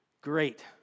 great